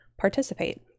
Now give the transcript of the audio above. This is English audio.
participate